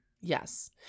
yes